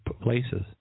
places